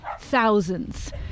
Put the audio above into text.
thousands